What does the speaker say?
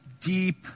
deep